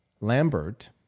Lambert